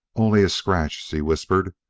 only a scratch, she whispered,